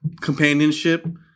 companionship